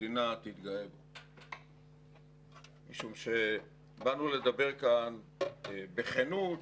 המדינה תתגאה בו משום שבאנו לדבר כאן בכנות וביושר,